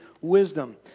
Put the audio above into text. wisdom